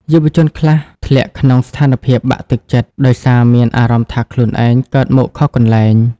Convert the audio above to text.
យុវជនខ្លះធ្លាក់ក្នុងស្ថានភាពបាក់ទឹកចិត្ត ដោយសារមានអារម្មណ៍ថាខ្លួនឯង "កើតមកខុសកន្លែង"។